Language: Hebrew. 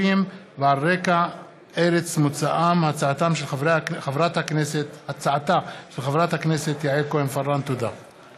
לקריאה שנייה ולקריאה שלישית: הצעת חוק שירותי הסעד (תיקון מס' 8),